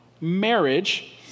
marriage